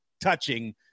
touching